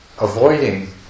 avoiding